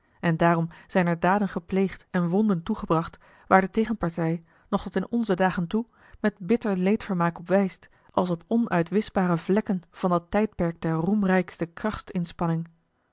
en daarom zijn er daden gepleegd en wonden toegebracht waar de tegenpartij nog tot in onze dagen toe met bitter leedvermaak op wijst als op onuitwischbare vlekken van dat tijdperk der